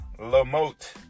Lamote